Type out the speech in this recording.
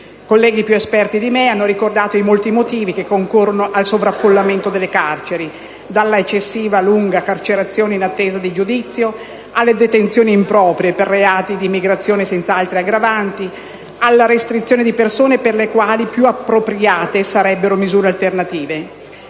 colleghi più esperti di me hanno ricordato i molti motivi che concorrono al sovraffollamento delle carceri, dalla eccessivamente lunga carcerazione in attesa di giudizio alle detenzioni improprie per reati di immigrazione senza altre aggravanti, alla restrizione di persone per le quali più appropriate sarebbero misure alternative.